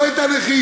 לא את הנכים.